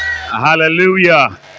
Hallelujah